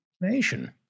nation